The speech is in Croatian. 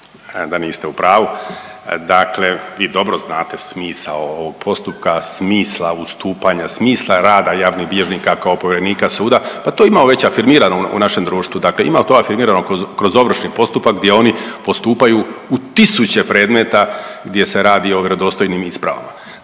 da niste u pravu. Dakle, vi dobro znate smisao ovog postupka smisla ustupanja, smisla rada javnih bilježnika kao povjerenika suda, pa to imamo već afirmirano u našem društvu. Dakle, ima to afirmirano kroz ovršni postupak gdje oni postupaju u tisuće predmeta gdje se radi o vjerodostojnim ispravama.